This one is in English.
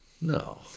no